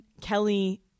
Kelly